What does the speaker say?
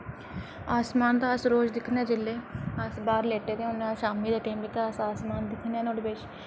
आसमान ते अस रोज दिक्खने जेल्लै अस बाह्र लेटे दे होन्ने अस शाम्मी दे टैम जेह्का अस आसमान दिक्खने नुआढ़े बिच